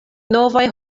novaj